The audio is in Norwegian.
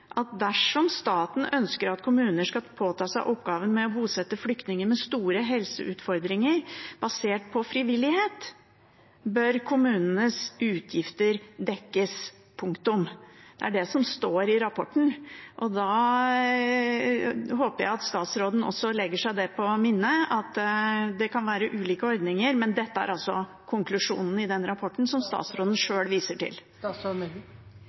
at dersom staten ønsker at kommuner skal påta seg oppgaven med å bosette flyktninger med store helseutfordringer basert på frivillighet, bør kommunenes utgifter dekkes. Punktum. Det er det som står i rapporten. Da håper jeg at statsråden også legger seg det på minne at det kan være ulike ordninger, men dette er altså konklusjonen i den rapporten som statsråden sjøl viser til.